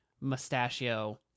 mustachio